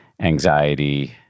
anxiety